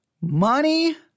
money